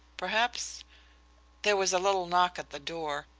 perhaps there was a little knock at the door.